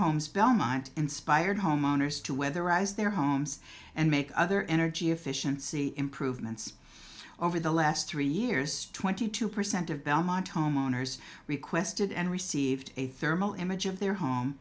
homes belmont inspired homeowners to weatherize their homes and make other energy efficiency improvements over the last three years twenty two percent of belmont homeowners requested and received a thermal image of their home